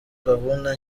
gahunda